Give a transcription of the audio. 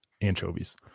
anchovies